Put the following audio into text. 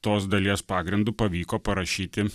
tos dalies pagrindu pavyko parašyti